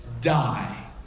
die